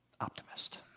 optimist